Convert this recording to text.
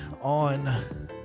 on